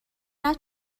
است